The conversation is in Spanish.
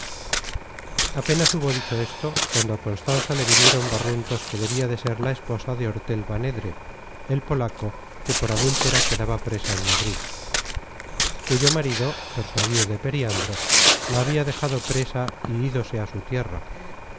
apenas hubo dicho esto cuando á constanza le vinieron barruntos que debia de ser la esposa de ortel banedre el polaco que por adúltera quedaba presa en madrid cuyo marido persuadido de periandro la habia dejado presa y ídose á su tierra